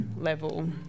level